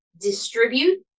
distribute